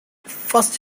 first